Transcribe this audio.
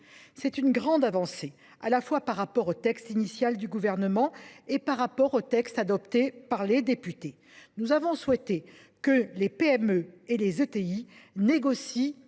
C’est une grande avancée, à la fois par rapport au texte initial du Gouvernement et par rapport au texte adopté par les députés. Nous avons souhaité que les PME et ETI négocient